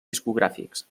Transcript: discogràfics